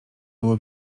było